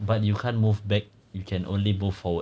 but you can't move back you can only move forward